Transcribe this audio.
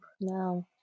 No